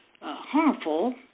harmful